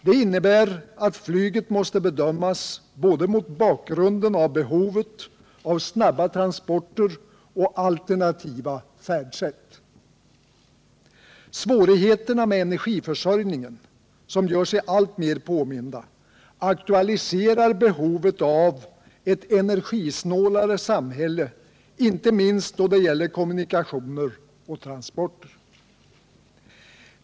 Detta innebär att flyget måste bedömas mot bakgrunden av behovet av både snabba transporter och alternativa färdsätt. Svårigheterna med energiförsörjningen, som gör sig alltmer påminda, aktualiserar behovet av ett energisnålare samhälle, inte minst då det gäller kommunikationer och transporter.